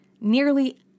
Nearly